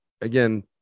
again